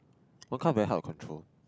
what kind of very hard to control